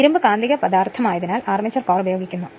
ഇരുമ്പ് കാന്തിക പദാർത്ഥമായതിനാൽ അർമേച്ചർ കോർ ഉപയോഗിക്കുന്നു